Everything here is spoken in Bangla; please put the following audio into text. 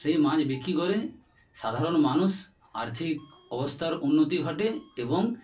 সেই মাছ বিক্রি করে সাধারণ মানুষ আর্থিক অবস্থার উন্নতি ঘটে এবং